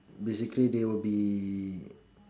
basically they will be